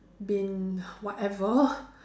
been whatever